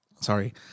sorry